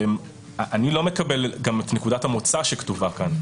אני לא מקבל גם את נקודת המוצא שכתובה כאן.